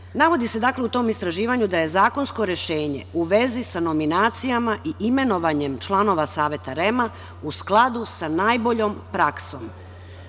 REM-a. Navodi se, dakle, u tom istraživanju da je zakonsko rešenje u vezi sa nominacijama i imenovanjem članova Saveta REM-a u skladu sa najboljom praksom.